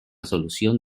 solución